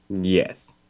yes